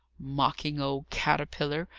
mocking old caterpillar!